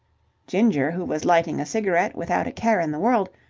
ginger, who was lighting a cigarette without a care in the world,